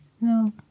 No